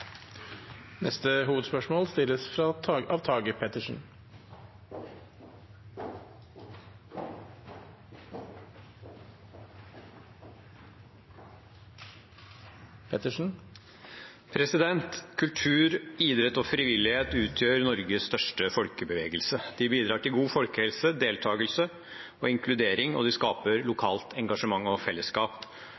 neste hovedspørsmål. Kultur, idrett og frivillighet utgjør Norges største folkebevegelse. Det bidrar til god folkehelse, deltakelse og inkludering, og det skaper